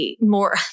more